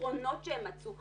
הפתרונות שהם מצאו,